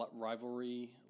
rivalry